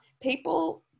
people